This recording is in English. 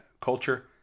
culture